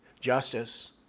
Justice